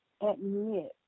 admit